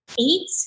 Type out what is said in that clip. eight